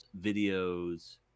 videos